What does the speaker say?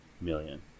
million